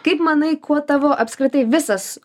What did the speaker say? kaip manai kuo tavo apskritai visas